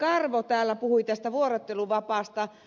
karvo täällä puhui tästä vuorotteluvapaasta